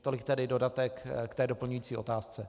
Tolik tedy dodatek k té doplňující otázce.